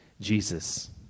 Jesus